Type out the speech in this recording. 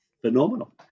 phenomenal